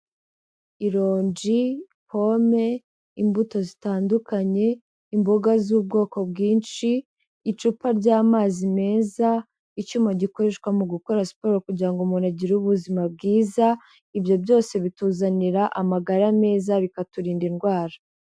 Ironji, pome, imbuto zitandukanye, imboga z'ubwoko bwinshi, icupa ry'amazi meza, icyuma gikoreshwa mu gukora siporo kugira ngo umuntu agire ubuzima bwiza, ibyo byose bituzanira amagara meza bikaturinda indwara.